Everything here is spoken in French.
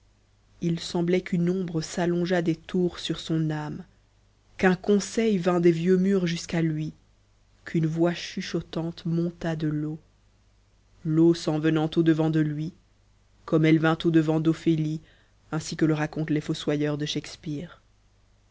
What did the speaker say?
il semblait qu'une ombre s'allongeât des tours sur son âme qu'un conseil vînt des vieux murs jusqu'à lui qu'une voix chuchotante montât de leau leau s'en venant au-devant de lui comme elle vint au-devant d'ophélie ainsi que le racontent les fossoyeurs de shakespeare